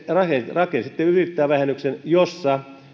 rakensitte yrittäjävähennyksen josta